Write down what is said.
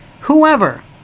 whoever